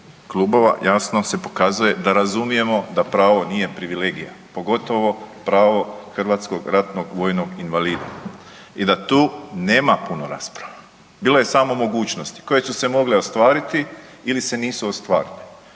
klubova jasno se pokazuje da razumijemo da pravo nije privilegija, pogotovo pravo hrvatskog ratnog vojnog invalida i da tu nema puno rasprava. Bilo je samo mogućnosti koje su se mogle ostvariti ili se nisu ostvarile.